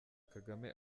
kagame